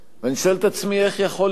ואני שואל את עצמי איך יכול להיות.